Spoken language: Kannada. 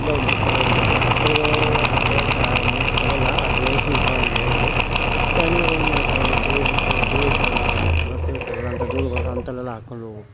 ಇಲ್ಲೇ ಒಂದು ಕೆಲವೊಂದು ಜಾತ್ರೆಗಳು ಹಾಕ್ಕೊಳ್ಳೋಕೆ ಮನ್ಸು ಬರೋಲ್ಲ ಆ ದೇವರ್ತ ಅಲ್ಲಿ ಹೋಗಲಿ ಮತ್ತು ಅನಿವಾರ್ಯ ಏನೂ ಮಾಡೋಕೆ ಆಗೋಲ್ಲ ಆಮೇಲೆ ಧೂಳು ಮತ್ತು ಧೂಳು ಇರ್ತವಲ್ಲ ರಸ್ತೆಗಳು ಸರಿ ಇರೋಲ್ಲ ಅಂತ ಧೂಳುಗಳು ಅಂತಲ್ಲೆಲ್ಲ ಹಾಕೊಂಡು ಹೋಗಬೇಕು